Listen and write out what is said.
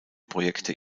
projekte